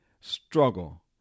struggle